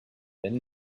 then